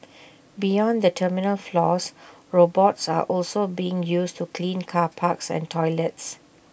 beyond the terminal floors robots are also being used to clean car parks and toilets